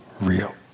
real